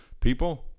People